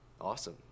Awesome